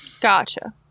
Gotcha